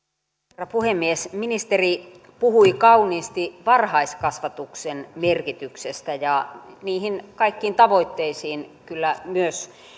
herra puhemies ministeri puhui kauniisti varhaiskasvatuksen merkityksestä ja niihin kaikkiin tavoitteisiin kyllä myös